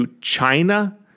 China